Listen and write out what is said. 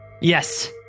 Yes